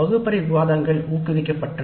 வகுப்பறை விவாதங்கள் ஊக்குவிக்கப்பட்டன